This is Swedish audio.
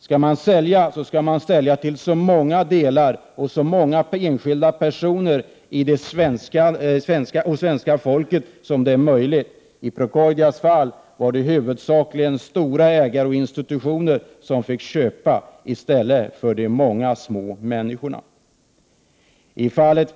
Skall man sälja, skall man sälja i så många delar till så många enskilda personer som det är möjligt. I Procordias fall var det huvudsakligen stora ägare och institutioner som fick köpa i stället för de många små människorna.